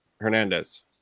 hernandez